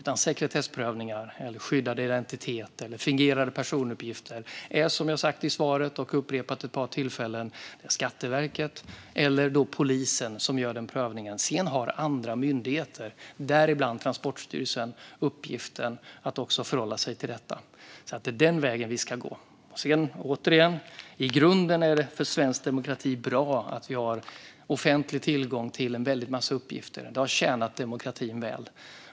Sekretess, skyddad identitet och fingerade personuppgifter är det - som jag sagt i svaret och upprepat vid ett par tillfällen - Skatteverket eller polisen som prövar. Sedan har andra myndigheter, däribland Transportstyrelsen, uppgiften att förhålla sig till detta. Det är den vägen vi ska gå. Sedan är det återigen i grunden bra för svensk demokrati att vi har offentlig tillgång till en väldig massa uppgifter. Det har tjänat demokratin väl.